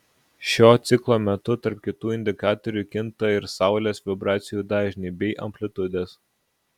šio ciklo metu tarp kitų indikatorių kinta ir saulės vibracijų dažniai bei amplitudės